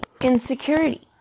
insecurity